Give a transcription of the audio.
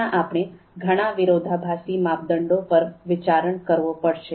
અહિયાં આપણે ઘણા વિરોધાભાસી માપદંડો પર વિચારણ કરવો પડશે